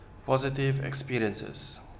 positive experiences